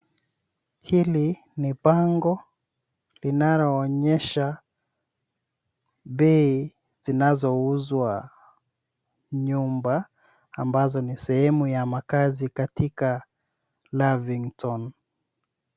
Hili ni bango linaloonyesha bei zinazouzwa nyumba ambazo ni sehemu ya makazi katika Lavington.